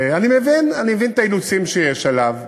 אני מבין, אני מבין את האילוצים שיש עליו.